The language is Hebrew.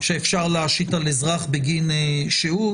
שאפשר להשית על אזרח בגין שהות.